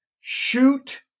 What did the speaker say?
shoot